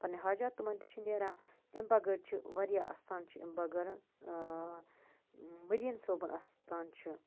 پنٛنہٕ حاجات تِمَن تہِ چھُ نیران اَمہِ بغٲر چھِ واریاہ اَستان چھِ اَمہِ بغٲر حظ مٔدیٖن صابُن اَستان چھُ